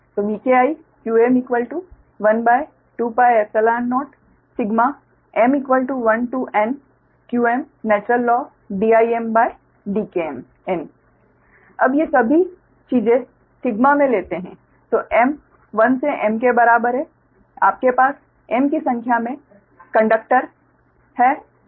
Vki12πϵ0 m1NqmIn अब ये सभी चीजें सिग्मा में लेते हैं तो m 1 से m के बराबर हैं आपके पास m की संख्या में कंडक्टर हैं